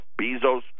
Bezos